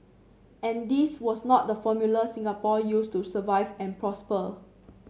and this was not the formula Singapore used to survive and prosper